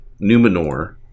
Numenor